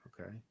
Okay